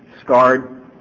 scarred